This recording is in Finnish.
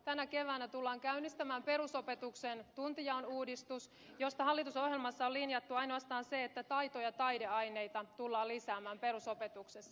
tänä keväänä tullaan käynnistämään perusopetuksen tuntijaon uudistus josta hallitusohjelmassa on linjattu ainoastaan se että taito ja taideaineita tullaan lisäämään perusopetuksessa